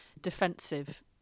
defensive